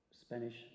Spanish